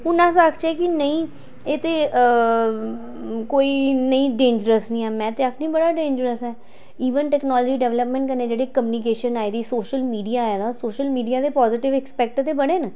हून अस आखचै के नेईं एह् ते कोई नेईं डेंजरस निं ऐ में ते आखनी बड़ा डेंजरस ऐ इवन टेक्नोलॉजी डेवलपमेंट कन्नै जेह्ड़े कम्यूनिकेशन आई दी सोशल मीडिया आए दा सोशल मीडिया दे पॉजिटिव आस्पेक्ट ते बड़े न